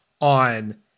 on